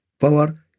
power